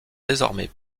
désormais